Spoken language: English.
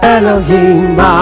Elohim